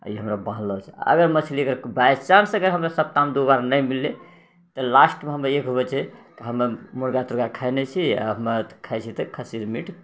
ई हमरा बान्हलऽ छै अगर मछली बाइ चान्स अगर सप्ताहमे दू बेर नहि मिललै तऽ लास्टमे हमरा इएह कि होइ छै कि हमे मुर्गा तुर्गा खइने छी आओर हम खाइ छी तऽ खस्सीके मीट